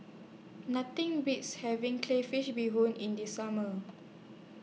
Nothing Beats having Crayfish Beehoon in The Summer